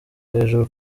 hejuru